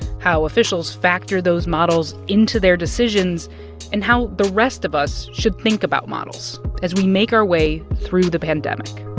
how officials factor those models into their decisions and how the rest of us should think about models as we make our way through the pandemic